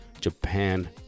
Japan